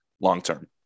long-term